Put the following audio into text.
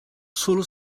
sólo